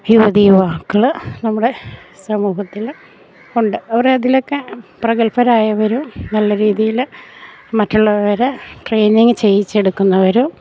യുവതി യുവാക്കൾ നമ്മുടെ സമൂഹത്തിൽ ഉണ്ട് അവർ അതിൽ ഒക്കെ പ്രഗത്ഭർ ആയവരും നല്ല രീതിയിൽ മറ്റുള്ളവരെ ട്രെയിനിംഗ് ചെയ്യിച്ചെടുക്കുന്നവരും